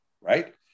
right